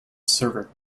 server